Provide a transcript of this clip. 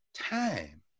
Time